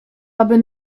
aby